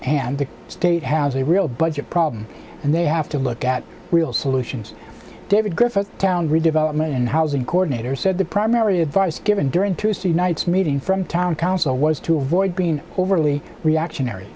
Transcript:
hand the state has a real budget problem and they have to look at real solutions david gergen town redevelopment and housing coordinator said the primary advice given during tuesday night's meeting from town council was to avoid being overly reactionary